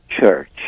church